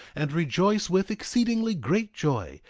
and rejoice with exceedingly great joy,